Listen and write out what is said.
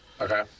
Okay